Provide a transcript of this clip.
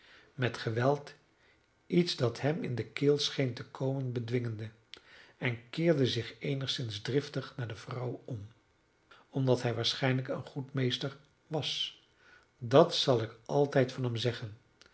met geweld iets dat hem in de keel scheen te komen bedwingende en keerde zich eenigszins driftig naar de vrouw om omdat hij waarlijk een goed meester was dat zal ik altijd van hem zeggen